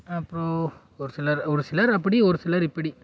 அப்புறம் ஒரு சிலர் ஒரு சிலர் அப்படி ஒரு சிலர் இப்படி